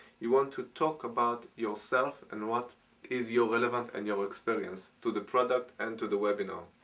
you want to talk about yourself and what is your relevance and your experience to the product and to the webinar.